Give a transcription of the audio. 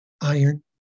iron